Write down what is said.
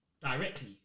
directly